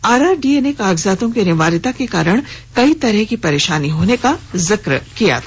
RRDA ने कागजातों की अनिवार्यता के कारण कई तरह की परेशानी होने का जिक्र किया था